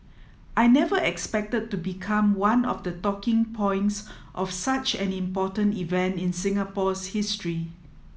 I never expected to become one of the talking points of such an important event in Singapore's history